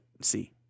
see